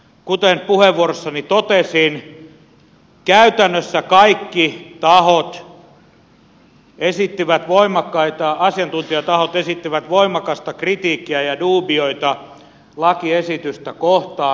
kuten puheenvuorossani totesin käytännössä kaikki tahot asiantuntijatahot esittivät voimakasta kritiikkiä ja dubioita lakiesitystä kohtaan